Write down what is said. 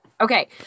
Okay